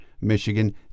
michigan